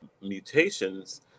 mutations